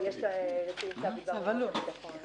צו אלוף.